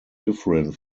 different